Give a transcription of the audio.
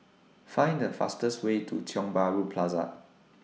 Find The fastest Way to Tiong Bahru Plaza